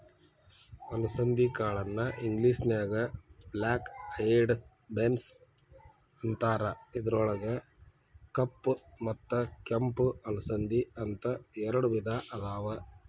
ಅಲಸಂದಿ ಕಾಳನ್ನ ಇಂಗ್ಲೇಷನ್ಯಾಗ ಬ್ಲ್ಯಾಕ್ ಐಯೆಡ್ ಬೇನ್ಸ್ ಅಂತಾರ, ಇದ್ರೊಳಗ ಕಪ್ಪ ಮತ್ತ ಕೆಂಪ ಅಲಸಂದಿ, ಅಂತ ಎರಡ್ ವಿಧಾ ಅದಾವ